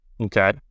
Okay